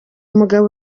mugabo